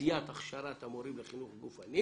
תעשיית הכשרת המורים לחינוך גופני